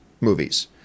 movies